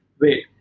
wait